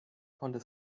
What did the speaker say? konnte